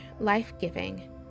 life-giving